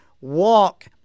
Walk